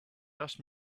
asked